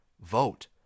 Vote